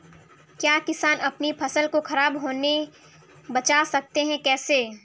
क्या किसान अपनी फसल को खराब होने बचा सकते हैं कैसे?